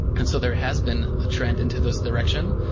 and so there has been a trend into this direction,